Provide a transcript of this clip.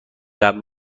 قبل